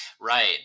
Right